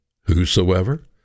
Whosoever